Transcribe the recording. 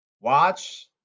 Watch